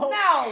no